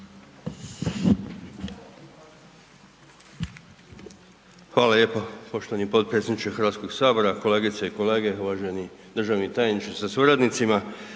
Hvala lijepo poštovani potpredsjedniče Hrvatskog sabora. Kolegice i kolege, uvaženi državni tajniče sa suradnicima,